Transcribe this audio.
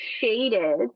shaded